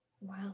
Wow